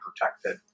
protected